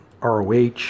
ROH